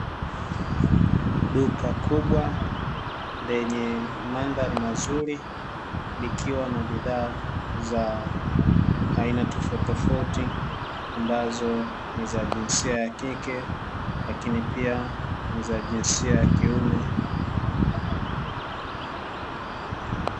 Duka kubwa lenye mandhari nzuri likiwa na bidhaa za aina tofautitofauti, ambazo ni za jinsia ya kike lakini pia ni za jinsia ya kiume.